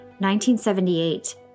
1978